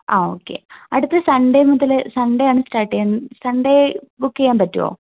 ആഹ് okay അടുത്ത Sunday മുതൽ Sunday ആണ് സ്റ്റാർട്ട് ചെയ്യുക സൺഡേ ബുക്ക് ചെയ്യാൻ പറ്റുമോ